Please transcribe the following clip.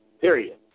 period